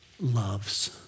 loves